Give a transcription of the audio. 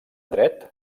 dret